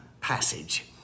passage